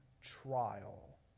trial